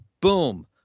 boom